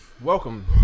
welcome